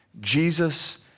Jesus